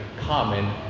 common